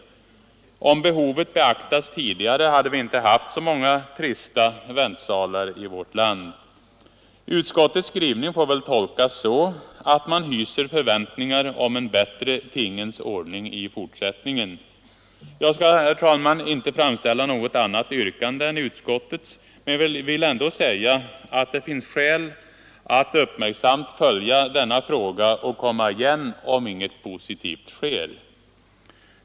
Om behovet beaktats tidigare hade vi inte haft så många trista väntsalar i vårt land som vi har. Utskottets skrivning får väl tolkas så att man hyser förväntningar om en bättre tingens ordning i fortsättningen. Jag skall, herr talman, inte framställa något annat yrkande än utskottets, men jag vill ändå säga att det finns skäl att uppmärksamt följa denna fråga och komma igen om inget positivt sker.